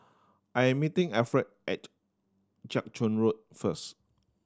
I'm meeting Alfred at Jiak Chuan Road first